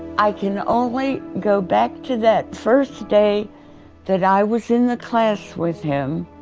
i can only go back to that first day that i was in the class with him.